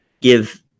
give